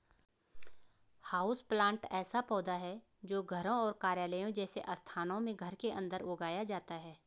houseplant ऐसा पौधा है जो घरों और कार्यालयों जैसे स्थानों में घर के अंदर उगाया जाता है